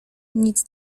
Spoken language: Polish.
nic